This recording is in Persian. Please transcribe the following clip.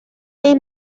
این